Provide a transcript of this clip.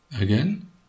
Again